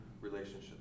relationship